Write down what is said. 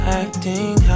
acting